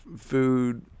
food